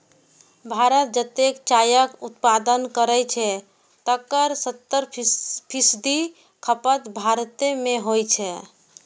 भारत जतेक चायक उत्पादन करै छै, तकर सत्तर फीसदी खपत भारते मे होइ छै